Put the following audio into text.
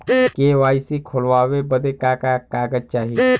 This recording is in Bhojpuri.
के.वाइ.सी खोलवावे बदे का का कागज चाही?